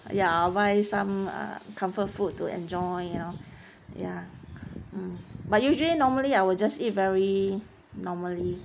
ya I'll buy some ah comfort food to enjoy you know ya hmm but usually normally I will just eat very normally